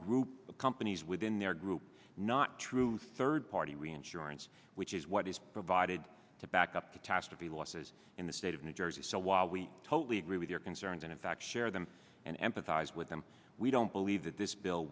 group of companies within their group not true third party reinsurance which is what is provided to back up catastrophe losses in the state of new jersey so while we totally agree with their concerns and in fact share them and empathize with them we don't believe that this bill